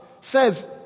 says